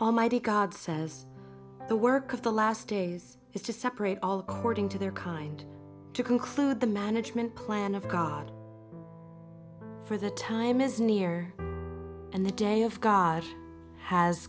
almighty god says the work of the last days is to separate all according to their kind to conclude the management plan of god for the time is near and the day of god has